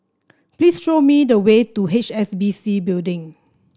please show me the way to H S B C Building